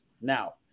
Now